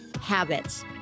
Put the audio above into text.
habits